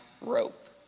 rope